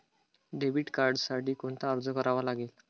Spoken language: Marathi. डेबिट कार्डसाठी कोणता अर्ज करावा लागेल?